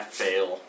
fail